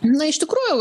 na iš tikrųjų